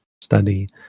study